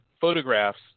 photographs